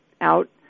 out